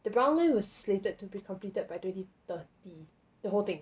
the brown line was slated to be completed by twenty thirty the whole thing